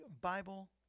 Bible